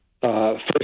first